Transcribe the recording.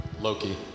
Loki